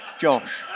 Josh